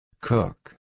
Cook